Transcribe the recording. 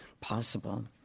possible